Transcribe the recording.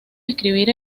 escribir